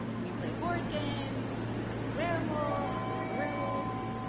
we play board games, we play werewolf, those are the werewolves.